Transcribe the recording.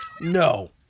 No